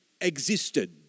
existed